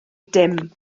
dim